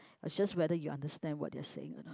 it's just whether you understand what they're saying or not